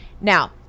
Now